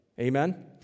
Amen